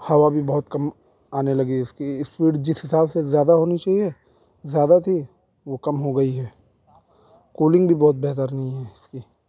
ہوا بھی بہت کم آنے لگی ہے اس کی اسپیڈ جس حساب سے زیادہ ہونی چہیے زیادہ تھی وہ کم ہو گئی ہے کولنگ بھی بہت بہتر نہیں ہے اس کی